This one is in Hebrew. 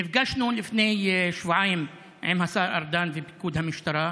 נפגשנו לפני שבועיים עם השר ארדן ופיקוד המשטרה,